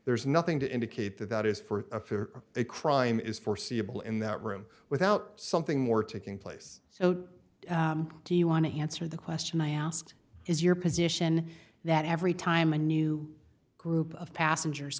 there's nothing to indicate that that is for a for a crime is foreseeable in that room without something more taking place so do you want to answer the question i asked is your position that every time a new group of passengers